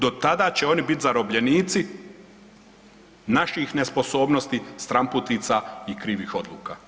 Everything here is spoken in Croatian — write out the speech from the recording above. Do tada će oni bit zarobljenici naših nesposobnosti, stranputica i krivih odluka.